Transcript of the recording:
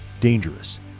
dangerous